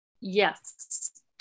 Yes